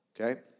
Okay